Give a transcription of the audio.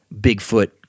Bigfoot